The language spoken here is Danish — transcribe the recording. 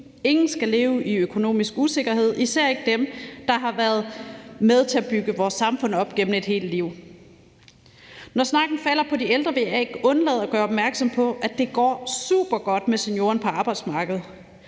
Ingen skal leve i økonomisk usikkerhed, især ikke dem, der har været med til at bygge vores samfund op gennem et helt liv. Når snakken falder på de ældre, vil jeg ikke undlade at gøre opmærksom på, at det går supergodt med seniorerne på arbejdsmarkedet.